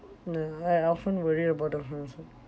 ya I often worry about the finances